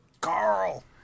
Carl